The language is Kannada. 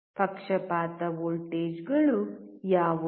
ಪಕ್ಷಪಾತ ವೋಲ್ಟೇಜ್ಗಳು ಯಾವುವು